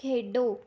ਖੇਡੋ